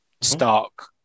Stark